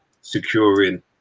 securing